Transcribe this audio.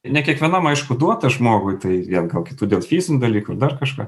ne kiekvienam aišku duota žmogui tai vėl gal kitų dėl fizinių dalykų dar kažką